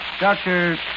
Doctor